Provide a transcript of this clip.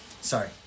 Sorry